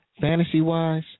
Fantasy-wise